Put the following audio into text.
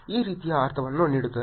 ಈ ರೀತಿಯ ಅರ್ಥವನ್ನು ನೀಡುತ್ತದೆ